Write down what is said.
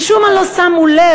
משום מה לא שמו לב,